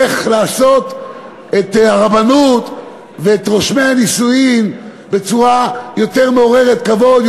איך לעשות את הרבנות ואת רישום הנישואין בצורה יותר מעוררת כבוד,